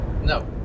No